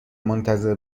منتظر